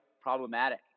problematic